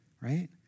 right